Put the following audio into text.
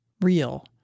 real